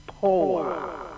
power